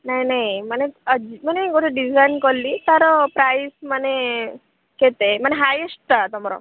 ନାଇଁ ନାଇଁ ମାନେ ମାନେ ଗୋଟେ ଡ଼ିଜାଇନ୍ କଲି ତା'ର ପ୍ରାଇସ୍ ମାନେ କେତେ ମାନେ ହାଇଏଷ୍ଟଟା ତୁମର